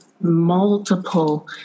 multiple